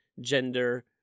gender